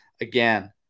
again